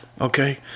Okay